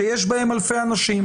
שיש בהם אלפי אנשים,